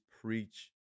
preach